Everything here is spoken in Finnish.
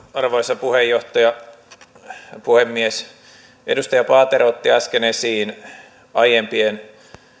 arvoisa puhemies edustaja paatero otti äsken esiin aiempien